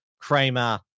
Kramer